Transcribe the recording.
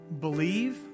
Believe